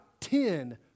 ten